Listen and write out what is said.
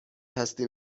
هستیم